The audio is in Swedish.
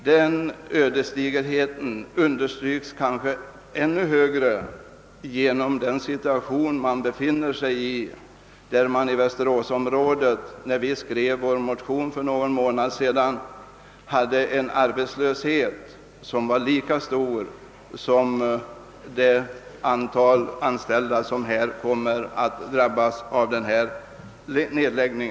Detta intryck understryks ytterligare genom att man i västeråsområdet, när vi skrev vår motion för någon månad sedan, hade lika många arbetslösa som det antal anställda som kommer att drabbas av denna nedläggning.